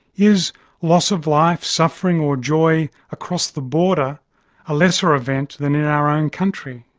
is loss of life, suffering or joy across the border a lesser event than in our own country?